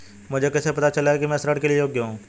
मुझे कैसे पता चलेगा कि मैं ऋण के लिए योग्य हूँ?